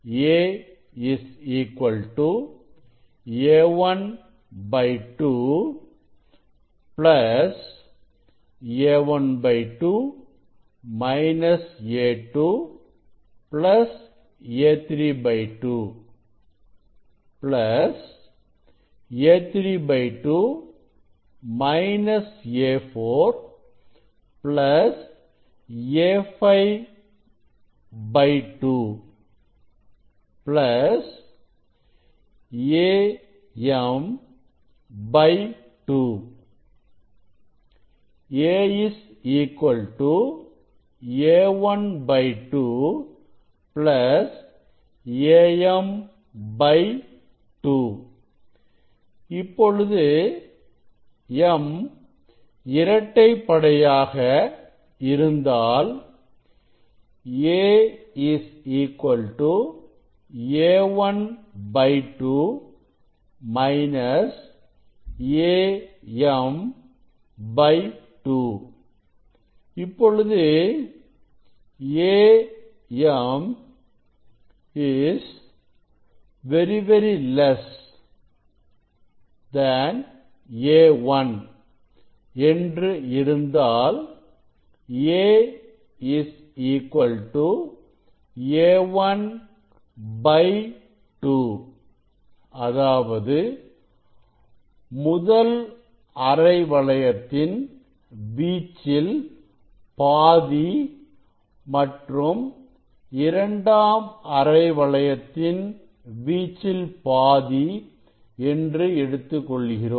A A1 2 A1 2 A2 A32 A32- A4 A5 2 Am 2 A A1 2 Am 2 இப்பொழுது m இரட்டைப்படையாக இருந்தால் A A1 2 - Am 2 இப்பொழுது Am ˂˂ A1 இருந்தால் A A1 2 அதாவது முதல் அரை வளையத்தின் வீச்சில் பாதி மற்றும் இரண்டாம் அரை வளையத்தின் வீச்சில் பாதி என்று எடுத்துக் கொள்கிறோம்